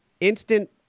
instant